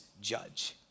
judge